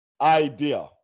idea